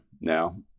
Now